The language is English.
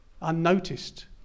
unnoticed